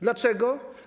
Dlaczego?